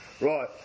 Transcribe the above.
Right